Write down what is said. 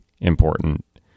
important